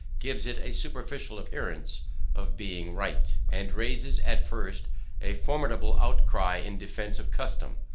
gives it a superficial appearance of being right, and raises at first a formidable outcry in defence of custom.